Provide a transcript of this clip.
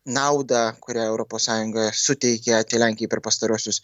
naudą kurią europos sąjunga suteikė lenkijai per pastaruosius